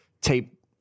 tape